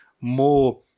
more